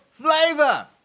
flavor